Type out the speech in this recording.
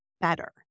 better